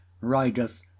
rideth